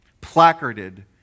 placarded